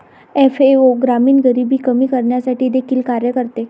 FAO ग्रामीण गरिबी कमी करण्यासाठी देखील कार्य करते